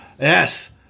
Yes